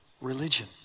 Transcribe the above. religion